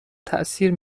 تاثیر